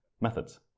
methods